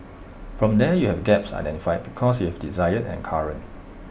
from there you have gaps identified because you have desired and current